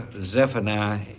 Zephaniah